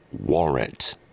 warrant